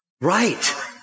Right